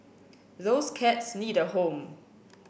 those cats need a home